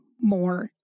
more